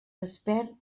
despert